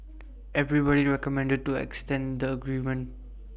everybody recommended to extend the agreement